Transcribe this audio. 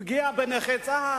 פגיעה בנכי צה"ל,